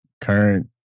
current